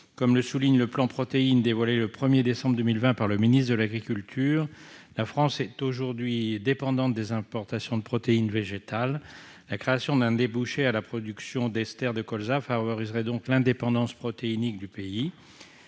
Comme le souligne le plan Protéines végétales dévoilé le 1 décembre 2020 par le ministre de l'agriculture, la France est aujourd'hui dépendante des importations de protéines végétales. La création d'un débouché à la production d'ester de colza favoriserait donc l'indépendance protéinique de notre